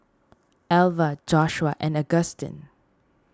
Alver Joshua and Augustine